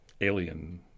alien